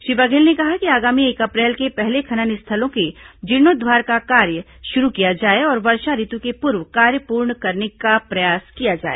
श्री बघेल ने कहा कि आगामी एक अप्रैल के पहले खनन स्थलों के जीर्णोद्वार का कार्य शुरू किया जाए और वर्षा ऋतु के पूर्व कार्य पूर्ण करने का प्रयास किया जाए